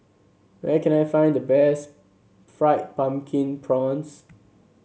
where can I find the best Fried Pumpkin Prawns